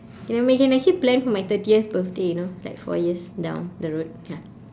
okay then we can actually plan for my thirtieth birthday you know like four years down the road ya